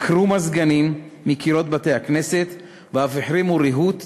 עקרו מזגנים מקירות בתי-הכנסת ואף החרימו ריהוט,